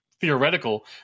theoretical